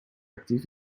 actief